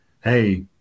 Hey